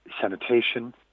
sanitation